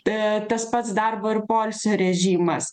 ta tas pats darbo ir poilsio režimas